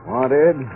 Wanted